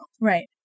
Right